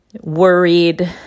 worried